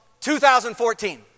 2014